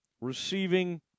receiving